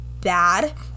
Bad